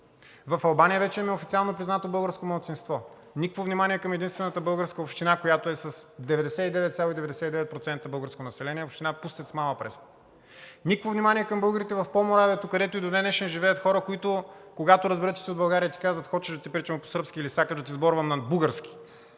В Албания вече имаме официално признато българско малцинство. Никакво внимание към единствената българска община, която е с 99,99% българско население – община Пустец, Мала Преспа. Никакво внимание към българите в Поморавието, където и до ден днешен живеят хора, които, когато разберат, че си от България, ти казват: „Хочиш да ти причаме по сръбски или сакаш да ти сборувам на бугарски?“,